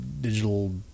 digital